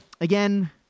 again